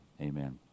amen